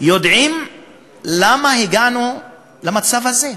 יודעים למה הגענו למצב הזה.